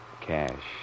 Cash